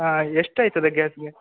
ಹಾಂ ಎಷ್ಟು ಆಗ್ತದೆ ಗ್ಯಾಸ್ಗೆ